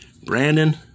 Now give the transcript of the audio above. Brandon